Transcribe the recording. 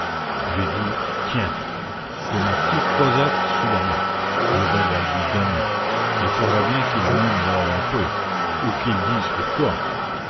j'ai dit tiens j'ai ma petite cosette sous la main je vais la lui donner il faudra bien qu'il m'aime alors un peu ou qu'il dise pourquoi